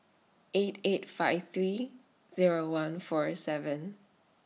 eight eight five three Zero one four seven